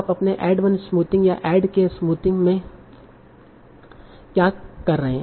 आप अपने add one smoothing या ऐड के स्मूथिंग में क्या कर रहे हैं